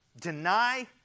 deny